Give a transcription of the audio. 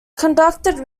conducted